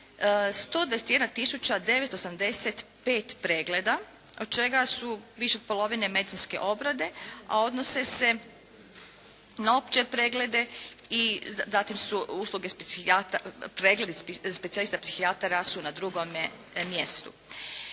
985 pregleda, od čega su više od polovine medicinske obrade, a odnose se na opće preglede. I zatim su usluge specijalista, pregledi specijalista psihijatara su na drugome mjestu.